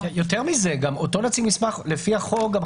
יותר מזה, לפי החוק אותו